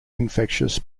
infectious